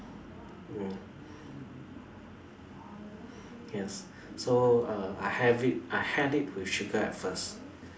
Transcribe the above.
mm yes so I have it I had it with sugar at first